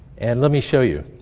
and let me show you.